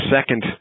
second